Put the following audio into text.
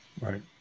Right